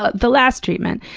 ah the last treatment.